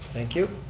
thank you.